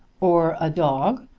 or a dog,